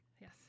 Yes